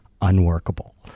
unworkable